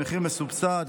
במחיר מסובסד,